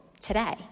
today